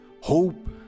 Hope